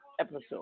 episode